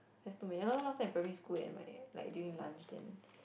has too many I know last time in primary school like during lunch then